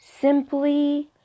simply